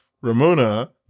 Ramona